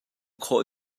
khawh